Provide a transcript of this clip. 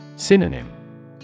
Synonym